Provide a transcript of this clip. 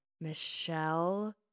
Michelle